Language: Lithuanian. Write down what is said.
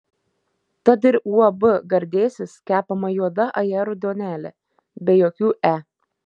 tad ir uab gardėsis kepama juoda ajerų duonelė be jokių e